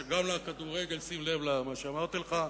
גם בכדורגל שים לב למה שאמרתי לך,